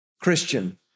Christian